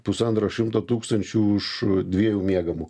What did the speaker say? pusantro šimto tūkstančių už dviejų miegamų